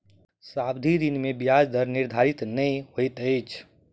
सावधि ऋण में ब्याज दर निर्धारित नै होइत अछि